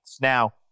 Now